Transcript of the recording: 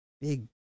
big